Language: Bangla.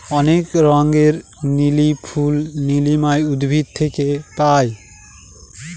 অনেক রঙের লিলি ফুল লিলিয়াম উদ্ভিদ থেকে পায়